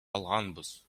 алганбыз